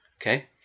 Okay